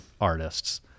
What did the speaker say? artists